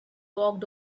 walked